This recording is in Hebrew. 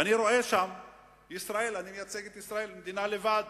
אני מייצג את ישראל, מדינה לבד.